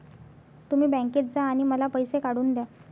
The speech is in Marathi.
तुम्ही बँकेत जा आणि मला पैसे काढून दया